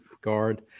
guard